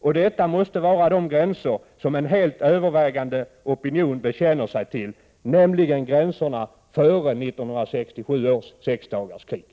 Och detta måste vara de gränser som en helt övervägande opinion bekänner sig till, nämligen gränserna före 1967 års sexdagarskrig.